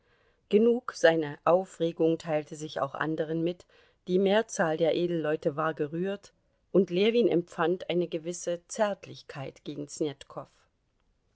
genug seine aufregung teilte sich auch anderen mit die mehrzahl der edelleute war gerührt und ljewin empfand eine gewisse zärtlichkeit gegen